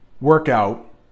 workout